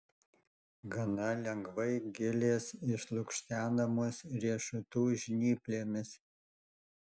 gana lengvai gilės išlukštenamos riešutų žnyplėmis